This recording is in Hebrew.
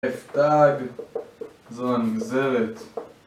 F תג, זו הנגזרת